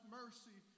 mercy